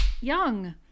young